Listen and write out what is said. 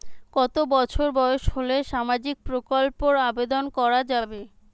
কত বছর বয়স হলে সামাজিক প্রকল্পর আবেদন করযাবে?